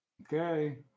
Okay